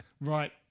right